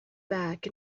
back